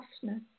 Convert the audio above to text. softness